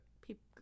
People